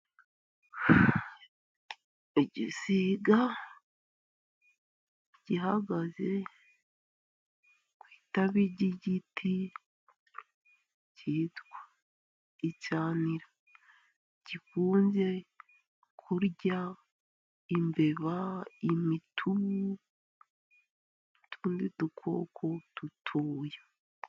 Igisiga gihagaze ku itabi ry'igiti cyitwa icyanira. Gikunze kurya imbeba, imitubu n'utundi dukoko dutoya.